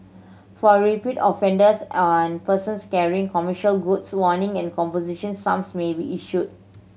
for repeat offenders and persons carrying commercial goods warning and composition sums may be issued